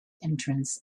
entrance